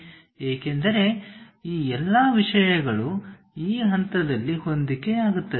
ಏಕೆಂದರೆ ಈ ಎಲ್ಲಾ ವಿಷಯಗಳು ಈ ಹಂತದಲ್ಲಿ ಹೊಂದಿಕೆಯಾಗುತ್ತದೆ